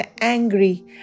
angry